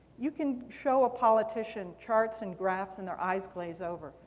you can show a politician charts and graphs, and their eyes glaze over.